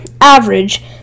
average